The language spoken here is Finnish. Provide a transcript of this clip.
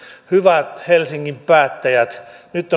hyvät helsingin päättäjät nyt